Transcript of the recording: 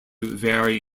vary